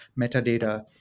metadata